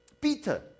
Peter